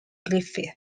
griffith